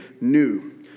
new